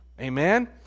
Amen